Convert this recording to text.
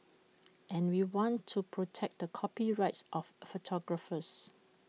and we want to protect the copyrights of photographers